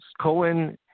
Cohen